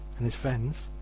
and his friends,